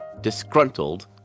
disgruntled